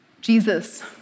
Jesus